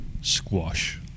Squash